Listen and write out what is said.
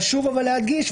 חשוב להדגיש,